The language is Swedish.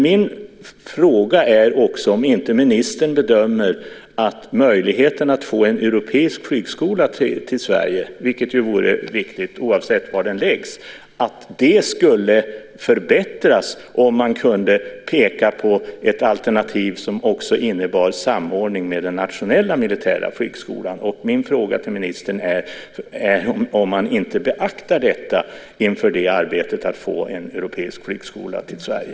Min fråga är också om inte ministern bedömer att möjligheten att få en europeisk flygskola till Sverige, vilket ju vore viktigt oavsett var den läggs, skulle förbättras om man kunde peka på ett alternativ som också innebar samordning med den nationella militära flygskolan. Beaktar man inte detta inför arbetet att få en europeisk flygskola till Sverige?